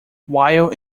while